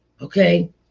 Okay